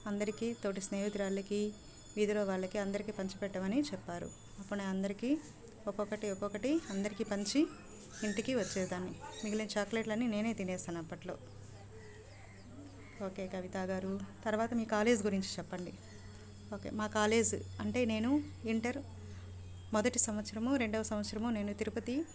అందరికీ తోటి స్నేహితురాళ్ళకి వీధిలో వాళ్ళకి అందరికి పంచిపెట్టమని చెప్పారు అప్పుడు నేను అందరికీ ఒక్కొక్కటి ఒక్కొక్కటి అందరికీ పంచి ఇంటికి వచ్చేదాన్ని మిగిలే చాక్లెట్లు అన్ని నేనే తినేస్తాను అప్పట్లో ఓకే కవిత గారు తరువాత మీ కాలేజ్ గురించి చెప్పండి ఓకే మా కాలేజ్ అంటే నేను ఇంటర్ మొదటి సంవత్సరము రెండవ సంవత్సరము నేను తిరుపతి